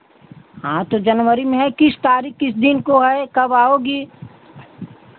हाँ तो जनवरी में है किस तारीख किस दिन को है कब आओगी